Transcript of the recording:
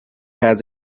has